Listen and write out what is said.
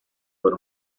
por